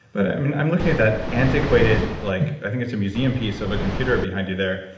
but i mean i'm looking at that antiquated. like i think it's a museum piece of a computer behind you there,